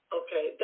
okay